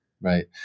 Right